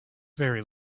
very